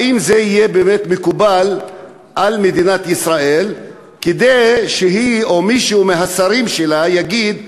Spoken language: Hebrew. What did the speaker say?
האם זה יהיה באמת מקובל על מדינת ישראל שהיא או מישהו מהשרים שלה יגיד: